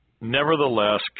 Nevertheless